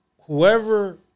whoever